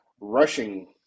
rushing